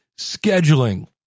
scheduling